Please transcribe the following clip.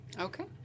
Okay